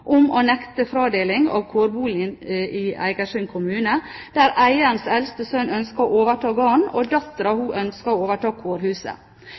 om å nekte fradeling av kårboligen i Eigersund kommune, der eierens eldste sønn ønsket å overta gården, og datteren ønsket å overta kårhuset.